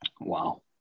Wow